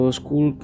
school